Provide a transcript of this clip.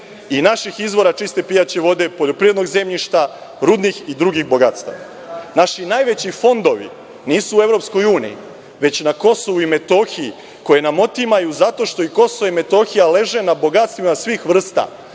i naših izvora čiste pijaće vode, poljoprivrednog zemljišta, rudnih i drugih bogatstava. Naši najveći fondovi nisu u EU, već na Kosovu i Metohiji koje nam otimaju zato što i Kosovo i Metohija leže na bogatstvima svih vrsta,